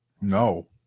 No